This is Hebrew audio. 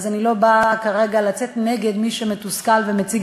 אז אני לא באה כרגע לצאת נגד מי שמתוסכל ומציג